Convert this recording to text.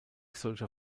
solcher